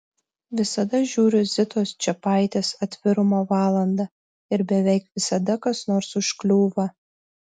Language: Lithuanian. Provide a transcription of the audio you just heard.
visada žiūriu zitos čepaitės atvirumo valandą ir beveik visada kas nors užkliūva